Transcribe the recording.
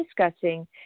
discussing